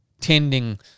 tending